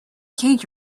change